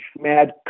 mad